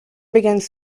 begins